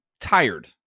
tired